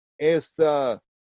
esta